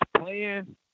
playing